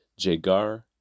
Jagar